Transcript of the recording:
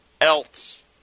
else